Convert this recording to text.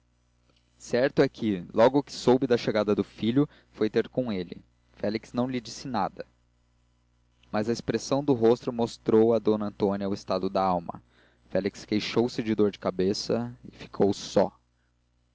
é que logo que soube da chegada do filho foi ter com ele félix não lhe disse nada mas a expressão do rosto mostrou a d antônia o estado da alma félix queixou-se de dor de cabeça e ficou só